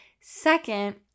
Second